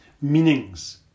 meanings